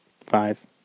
Five